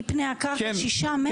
מפני הקרקע ששה מטרים?